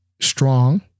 strong